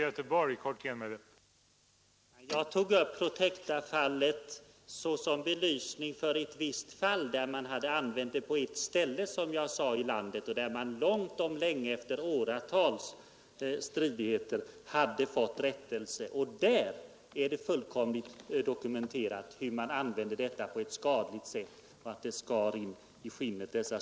Herr talman! Jag tog upp Protectafallet för att bevisa hur man hade använt dessa bågar på en plats i landet och att myndigheterna först långt om länge, efter åratals förhalningar och stridigheter, hade fått till stånd en rättelse. Det är fullt dokumenterat att bågarna där användes på ett skadligt sätt — bl.a. skar ståltråden djupt in i skinnet på djuren.